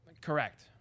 correct